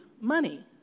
money